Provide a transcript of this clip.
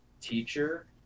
teacher